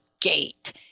gate